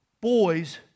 Boys